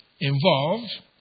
involved